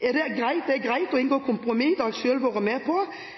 Det er greit å inngå kompromisser – det har jeg selv vært med på.